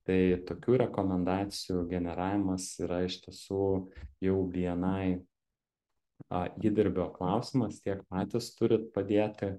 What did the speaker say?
tai tokių rekomendacijų generavimas yra iš tiesų jau bni a įdirbio klausimas tiek patys turit padėti